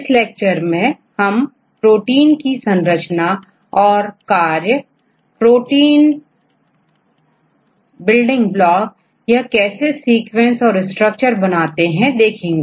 इस लेक्चर में हम प्रोटीन की संरचना और कार्य प्रोटीन बिल्डिंग ब्लॉक और यह कैसे सीक्वेंस और स्ट्रक्चर बनाते हैं देखेंगे